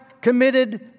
committed